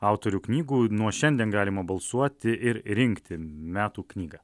autorių knygų nuo šiandien galima balsuoti ir rinkti metų knygą